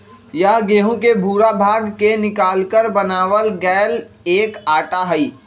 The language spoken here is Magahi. यह गेहूं के भूरा भाग के निकालकर बनावल गैल एक आटा हई